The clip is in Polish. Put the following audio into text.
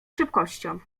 szybkością